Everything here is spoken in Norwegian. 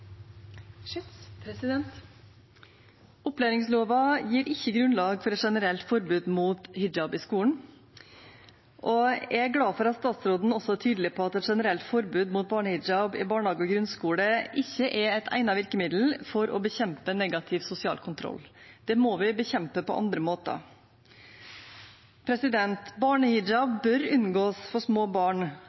glad for at statsråden også er tydelig på at et generelt forbud mot barnehijab i barnehage og grunnskole ikke er et egnet virkemiddel for å bekjempe negativ sosial kontroll. Det må vi bekjempe på andre måter. Barnehijab bør unngås for små barn,